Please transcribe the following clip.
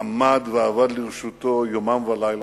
עבד ועמד לרשותו יומם ולילה,